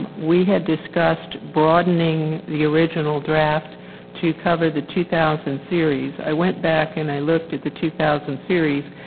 we had discussed broadening the original draft to cover the two thousand series. i went back and i looked at the two thousand series,